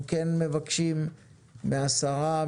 אנחנו מבקשים מהשרה,